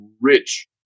rich